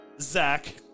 Zach